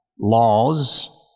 laws